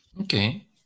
Okay